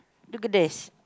look at this